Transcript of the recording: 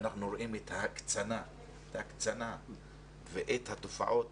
אנחנו רואים את ההקצנה ואת התופעות